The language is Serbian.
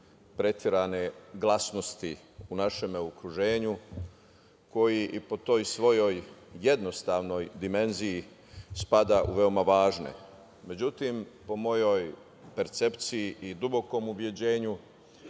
preterane glasnosti u našem okruženju koji po toj svojoj jednostavnoj dimenziji spada u veoma važne.Međutim, po mojoj percepciji i dubokom ubeđenju,